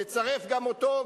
לצרף גם אותו,